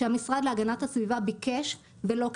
שהמשרד להגנת הסביבה ביקש ולא קיבל.